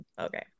Okay